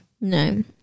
no